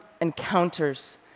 encounters